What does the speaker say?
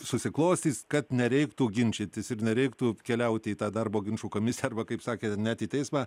susiklostys kad nereiktų ginčytis ir nereiktų keliauti į tą darbo ginčų komisiją arba kaip sakė net į teismą